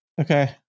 Okay